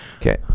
Okay